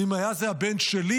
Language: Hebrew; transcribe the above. ואם היה זה הבן שלי,